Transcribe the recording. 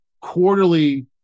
quarterly